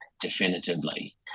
definitively